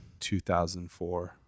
2004